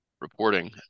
reporting